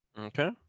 Okay